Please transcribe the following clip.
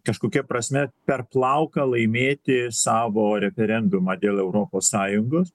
kažkokia prasme per plauką laimėti savo referendumą dėl europos sąjungos